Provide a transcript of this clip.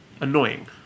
annoying